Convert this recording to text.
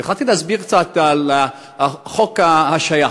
והתחלתי להסביר קצת על חוק ההשעיה,